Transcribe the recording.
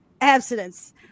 abstinence